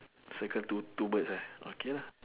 circle two two birds ah okay lah